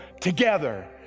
together